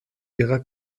ihrer